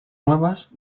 nuevas